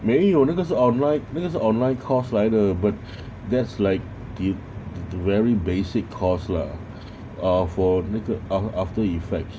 没有那个是 onli~ 那个是 online course 来的 but that's like the the very basic course lah ah for 那个 aft~ after effects